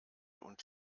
und